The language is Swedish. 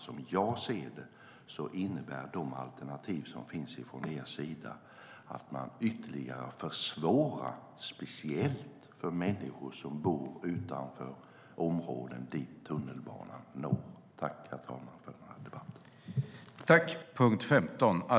Som jag ser det innebär de alternativ som finns från er sida att man ytterligare försvårar speciellt för människor som bor utanför områden dit tunnelbanan når.